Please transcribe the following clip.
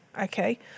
okay